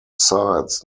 sides